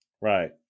Right